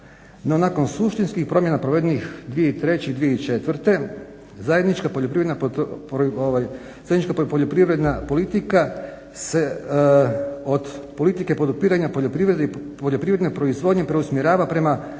nakon suštinskih promjena provedenih 2003., 2004. zajednička poljoprivredna politika se od politike podupiranja poljoprivrede i poljoprivredne proizvodnje preusmjerava prema